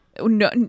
no